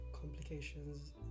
complications